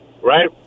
right